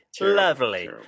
Lovely